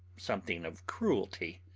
something of cruelty.